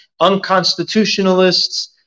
unconstitutionalists